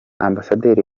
ambasaderi